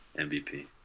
MVP